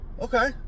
Okay